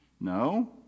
No